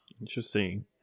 Interesting